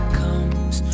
comes